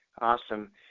Awesome